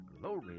Glory